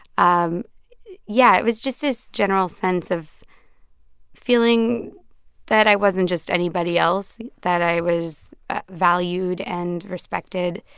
um yeah, it was just this general sense of feeling that i wasn't just anybody else, that i was valued and respected.